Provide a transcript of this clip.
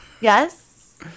Yes